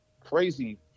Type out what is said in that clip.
crazy